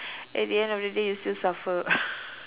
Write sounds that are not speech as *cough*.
at the end of the day you still suffer *laughs*